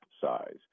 size